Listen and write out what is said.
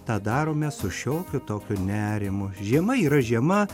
tą darome su šiokiu tokiu nerimu žiema yra žiema